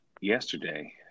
yesterday